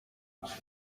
yagize